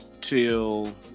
till